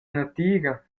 natira